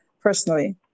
personally